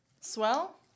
Swell